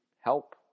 help